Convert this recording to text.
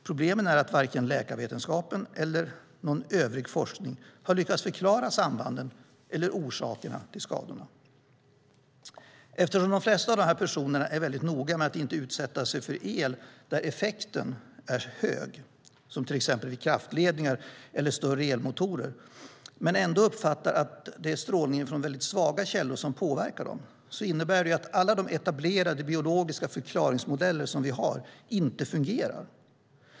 Problemet är att varken läkarvetenskapen eller övrig forskning har lyckats förklara sambanden eller orsakerna till skadorna. Eftersom de flesta av de här personerna är väldigt noga med att inte utsätta sig för el där effekten är hög, som vid kraftledningar eller större elmotorer, men ändå uppfattar att det är strålningen från mycket svaga källor som påverkar dem, innebär det att alla de etablerade biologiska förklaringsmodeller vi har inte fungerar.